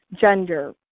gender